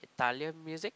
Italian music